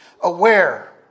Aware